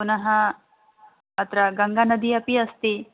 पुनः अत्र गङ्गानदी अपि अस्ति